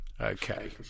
Okay